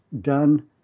done